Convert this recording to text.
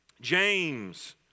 James